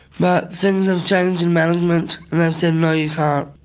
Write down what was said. but things have changed in management and they've you know yeah um